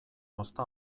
ozta